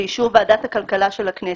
באישור ועדת הכלכלה של הכנסת,